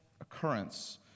occurrence